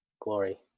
glory